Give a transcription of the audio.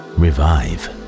revive